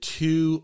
two